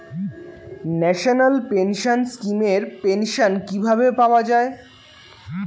National pension scheme এর pension কিভাবে পাওয়া যায়?